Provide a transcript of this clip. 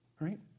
right